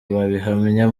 babihamya